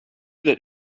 that